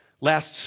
last